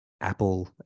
Apple